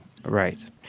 Right